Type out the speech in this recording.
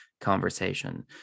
conversation